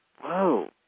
Whoa